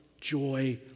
joy